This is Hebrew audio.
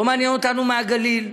לא מעניין אותנו הגליל,